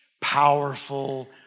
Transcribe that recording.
powerful